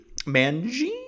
Manji